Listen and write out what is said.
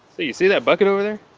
you see that bucket over there?